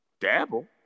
Dabble